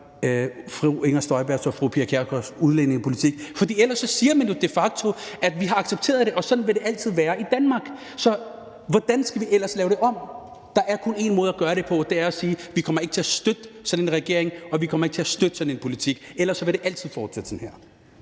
fru Inger Støjbergs og fru Pia Kjærsgaards udlændingepolitik. For ellers siger man jo de facto, at vi har accepteret det, og at sådan vil det altid være i Danmark. Så hvordan skal vi ellers lave det om? Der er kun en måde at gøre det på, og det er at sige, at vi ikke kommer til at støtte sådan en regering, og at vi ikke kommer til at støtte sådan en politik, ellers vil det altid fortsætte sådan her.